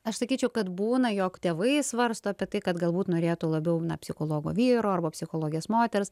aš sakyčiau kad būna jog tėvai svarsto apie tai kad galbūt norėtų labiau psichologo vyro arba psichologės moters